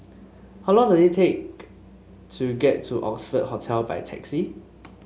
how long does it take to get to Oxford Hotel by taxi